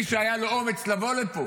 מי שהיה לו אומץ לבוא לפה,